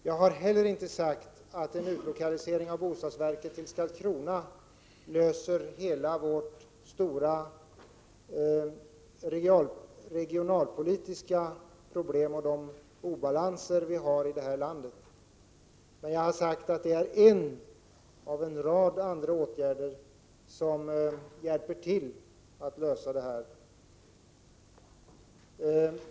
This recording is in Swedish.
Jag har heller inte sagt att en utlokalisering av bostadsverket till Karlskrona löser hela vårt stora regionalpolitiska problem och rättar till de obalanser vi har här i landet. Jag har sagt att det är en i raden av åtgärder som bidrar till att lösa problemen.